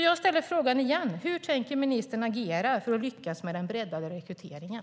Jag ställer därför frågan igen: Hur tänker ministern agera för att lyckas med den breddade rekryteringen?